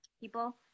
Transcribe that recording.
people